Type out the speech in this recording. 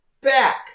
back